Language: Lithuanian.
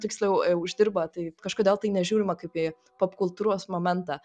tiksliau uždirba tai kažkodėl tai nežiūrima kaip į popkultūros momentą